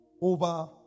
over